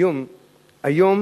היום